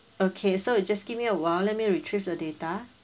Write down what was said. okay so you just give me a while let me retrieve the data